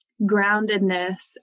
groundedness